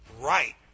Right